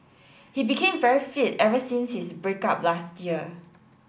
he became very fit ever since his break up last year